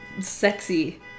sexy